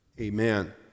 Amen